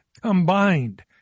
combined